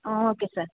ಹ್ಞೂ okay sir